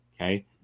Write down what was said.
Okay